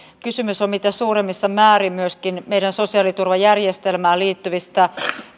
kysymys on mitä suurimmassa määrin myöskin meidän sosiaaliturvajärjestelmään liittyvistä